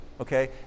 okay